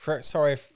sorry